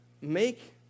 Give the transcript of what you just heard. make